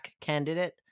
candidate